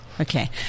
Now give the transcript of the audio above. Okay